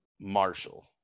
Marshall